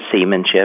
seamanship